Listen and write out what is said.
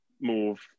move